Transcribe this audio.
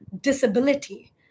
disability